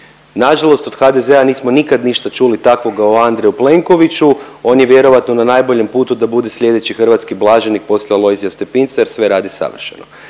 Nažalost od HDZ-a nismo nikad ništa čuli takvoga o Andreju Plenkoviću, on je vjerovatno na najboljem putuj da bude sljedeći hrvatski blaženik poslije Alojzija Stepinca jer sve radi savršeno.